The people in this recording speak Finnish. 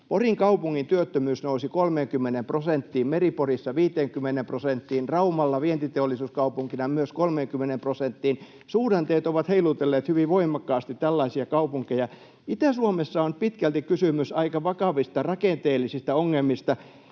Porin kaupungin työttömyys nousi 30 prosenttiin, Meri-Porissa 50 prosenttiin, Raumalla vientiteollisuuskaupunkina myös 30 prosenttiin. Suhdanteet ovat heilutelleet hyvin voimakkaasti tällaisia kaupunkeja. Itä-Suomessa on pitkälti kysymys aika vakavista rakenteellisista ongelmista.